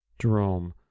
Jerome